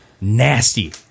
nasty